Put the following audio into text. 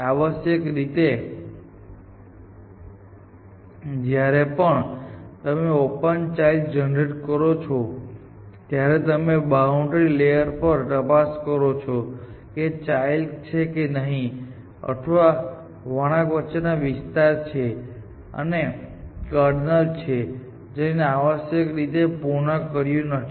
આવશ્યકરીતે જ્યારે પણ તમે ઓપનમાં ચાઈલ્ડ જનરેટ કરો છો ત્યારે તમે બાઉન્ડ્રી લેયર પર તપાસ કરો છો કે ચાઈલ્ડ છે કે નહીં અને પછી આ વળાંક વચ્ચેનો વિસ્તાર છે અને એ કર્નલ છે જેને તમે આવશ્યકરીતે પૃન કર્યું નથી